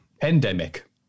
Pandemic